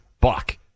Buck